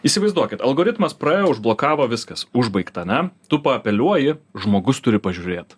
įsivaizduokit algoritmas praėjo užblokavo viskas užbaigta ane tu apeliuoji žmogus turi pažiūrėt